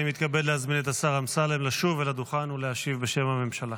אני מתכבד להזמין את השר אמסלם לשוב אל הדוכן ולהשיב בשם הממשלה.